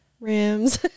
rims